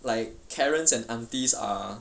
like karens and aunties are